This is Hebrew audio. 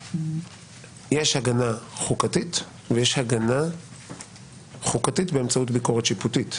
יש הגנה חוקתית ויש הגנה חוקתית באמצעות ביקורת שיפוטית.